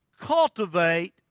cultivate